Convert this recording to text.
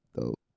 dope